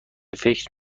فکر